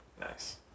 Nice